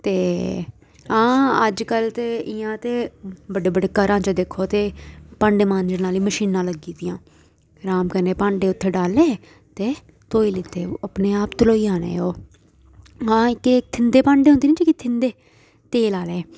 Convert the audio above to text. ते हा अज्जकल ते इ'यां ते बड्डे बड्डे घरैं च दिक्खो ते भांडे मांजने आह्लियां मशीनां लग्गी दियां अराम कन्नै भांडे उत्थें डालने ते धोई लैते ओह् अपने आप धनोई जाने ओह् हां एह्के थिन्दे भांडे होंदे न जेह्ड़े थिन्दे तेल आह्ले